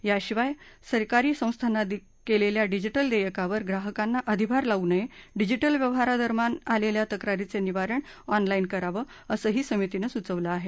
याशिवाय सरकारी संस्थांना केलेल्या डिजिटल देयंकांवर ग्राहकांना अधिभार लावू नये डिजिटल व्यवहारांदरम्यान आलेल्या तक्रारींचं निवारण ऑनलाईन करावं असंही समितीनं सुचवलं आहे